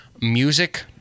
music